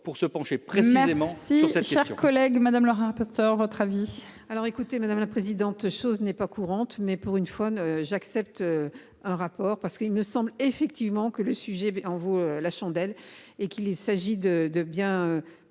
pour se pencher précisément. Surtout collègue madame le rapporteur. Votre avis. Alors écoutez madame la présidente, chose n'est pas courante mais pour une fois j'accepte. Un rapport parce qu'il me semble effectivement que le sujet en vaut la chandelle et qu'il s'agit de de